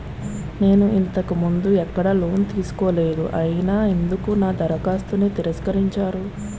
నేను ఇంతకు ముందు ఎక్కడ లోన్ తీసుకోలేదు అయినా ఎందుకు నా దరఖాస్తును తిరస్కరించారు?